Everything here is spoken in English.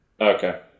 Okay